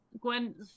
Gwen